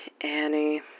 Annie